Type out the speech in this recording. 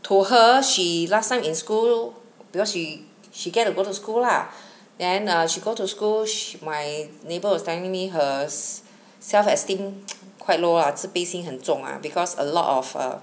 to her she last time in school because she she get to go to school lah then ah she go to school sh~ my neighbors was telling me her s~ self esteem quite low ah 自闭心很重啊 because a lot of uh